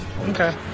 Okay